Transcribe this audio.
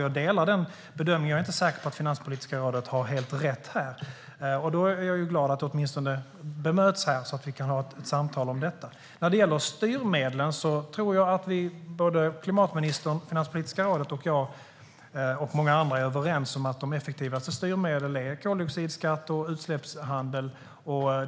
Jag delar den bedömningen och är inte säker på att Finanspolitiska rådet har helt rätt här. Jag är glad att det åtminstone bemöts här så att vi kan ha ett samtal om detta. När det gäller styrmedlen tror jag att klimatministern, Finanspolitiska rådet, jag och många andra är överens om att de effektivaste styrmedlen är koldioxidskatt och utsläppshandel.